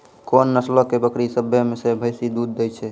कोन नस्लो के बकरी सभ्भे से बेसी दूध दै छै?